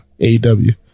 AEW